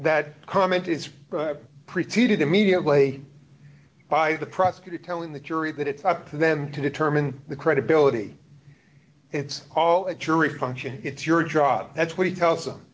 that comment is pretty did immediately by the prosecutor telling the jury that it's up to them to determine the credibility it's all a jury function it's your job that's what he tells them